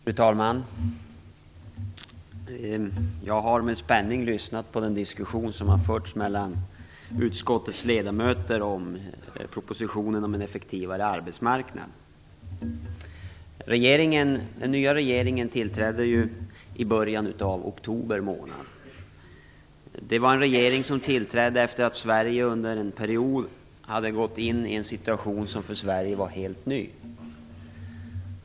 Fru talman! Jag har med spänning lyssnat på den diskussion som förts mellan utskottets ledamöter om propositionen om en effektivare arbetsmarknad. Den nya regeringen tillträdde i början av oktober månad förra året. Det var en regering som tillträdde efter att Sverige under en period hade gått in i en situation som för Sverige var helt ny.